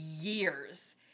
years